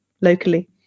locally